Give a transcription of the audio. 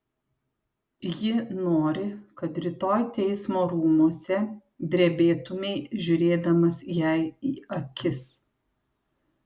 ji nori kad rytoj teismo rūmuose drebėtumei žiūrėdamas jai į akis